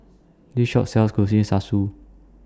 This Shop sells